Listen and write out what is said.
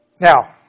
Now